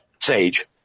sage